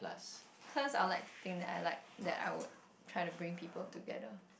hers are like think that I like that I would try to bring people together